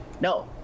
No